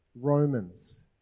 Romans